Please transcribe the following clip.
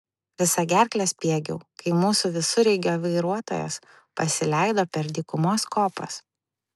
visa gerkle spiegiau kai mūsų visureigio vairuotojas pasileido per dykumos kopas